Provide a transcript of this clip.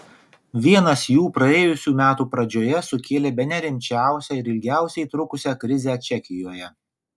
vienas jų praėjusių metų pradžioje sukėlė bene rimčiausią ir ilgiausiai trukusią krizę čekijoje